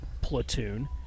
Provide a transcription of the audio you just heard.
platoon